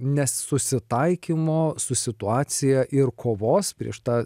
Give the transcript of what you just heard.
ne susitaikymo su situacija ir kovos prieš tą